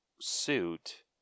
suit